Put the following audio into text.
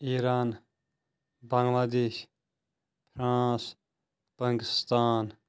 Iran Bangladesh France Pakistan